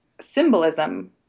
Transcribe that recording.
symbolism